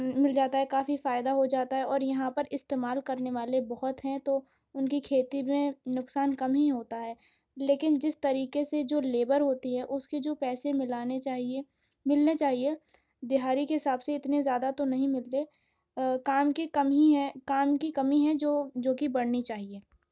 مل جاتا ہے کافی فائدہ ہو جاتا ہے اور یہاں پر استعمال کرنے والے بہت ہیں تو ان کی کھیتی میں نقصان کم ہی ہوتا ہے لیکن جس طریقے سے جو لیبر ہوتی ہے اس کے جو پیسے ملانے چاہیے ملنے چاہیے دہاڑی کے حساب سے اتنے زیادہ تو نہیں ملتے کام کی کم ہی ہیں کام کی کمی ہے جو جوکہ بڑھنی چاہیے